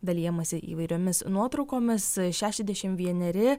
dalijamasi įvairiomis nuotraukomis šešiasdešimt vieneri